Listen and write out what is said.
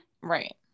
Right